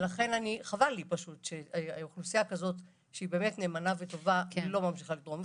חבל לי שאוכלוסייה כזאת שהיא נאמנה וטובה לא ממשיכה לתרום דם,